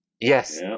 Yes